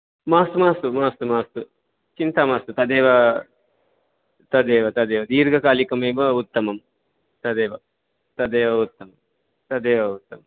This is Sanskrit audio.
मास्तु मास्तु मास्तु मास्तु चिन्ता मास्तु तदेव तदेव तदेव दीर्घकालिकमेव उत्तमं तदेव तदेव उत्तमं तदेव उत्तमं